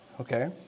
Okay